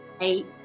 Eight